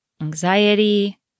anxiety